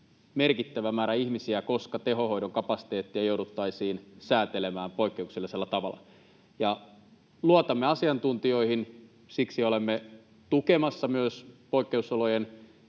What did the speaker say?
merkittävä määrä ihmisiä, koska tehohoidon kapasiteettia jouduttaisiin säätelemään poikkeuksellisella tavalla. Luotamme asiantuntijoihin, siksi olemme tukemassa myös poikkeusolojen